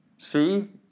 See